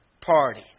party